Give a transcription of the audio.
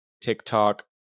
TikTok